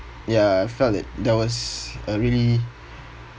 ya I felt that that was a really